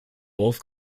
both